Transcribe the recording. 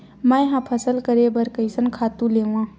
मैं ह फसल करे बर कइसन खातु लेवां?